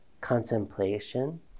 contemplation